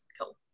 Cool